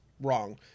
wrong